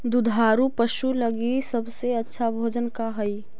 दुधार पशु लगीं सबसे अच्छा भोजन का हई?